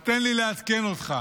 אז תן לי לעדכן אותך.